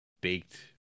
baked